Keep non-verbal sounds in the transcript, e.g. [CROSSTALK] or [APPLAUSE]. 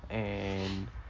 [NOISE]